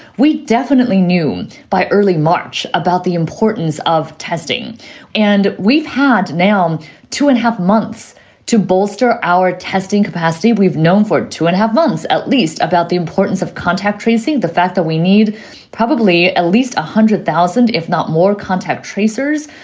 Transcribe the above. we definitely knew by early march about the importance of testing and we've had now um two and half months to bolster our testing capacity. we've known for two and half months at least about the importance of contact tracing, the fact that we need probably at least. hundred thousand, if not more contact tracers.